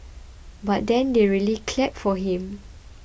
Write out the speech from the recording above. but then they really clapped for him